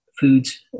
foods